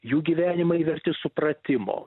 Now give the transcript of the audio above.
jų gyvenimai verti supratimo